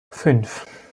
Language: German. fünf